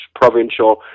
provincial